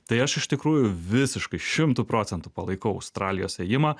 tai aš iš tikrųjų visiškai šimtu procentų palaikau australijos ėjimą